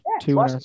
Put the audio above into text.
two